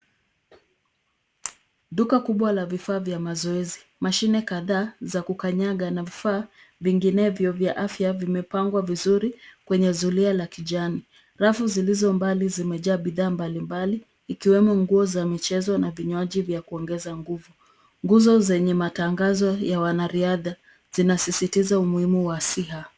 Duka kubwa la vifaa vya mazoezi. Mashine kadhaa za kukanyaga. Vingenevyo vya afya vimepangwa vizuri kwenye zulia la kijani. Rafu zilizo mbali zimejaa bidhaa mbalimbali ikiwemo nguo za michezo na vinywaji vya kuongeza nguvu. Nguzo zenye matangazo ya wanariadha zinasisitiza umuhimu wa asiha.